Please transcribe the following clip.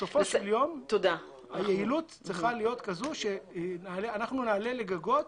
בסופו של יום היעילות צריכה להיות כזאת שאנחנו נעלה לגגות,